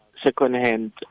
second-hand